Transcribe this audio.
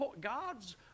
God's